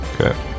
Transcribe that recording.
okay